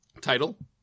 Title